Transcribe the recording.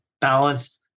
balance